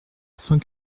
cent